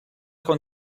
con